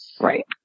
Right